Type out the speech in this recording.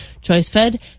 Choice-fed